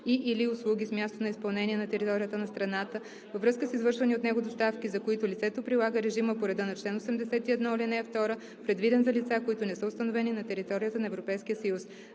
и/или услуги с място на изпълнение на територията на страната във връзка с извършвани от него доставки, за които лицето прилага режима, по реда на чл. 81, ал. 2, предвиден за лица, които не са установени на територията на Европейския съюз.